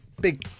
Big